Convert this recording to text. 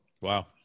wow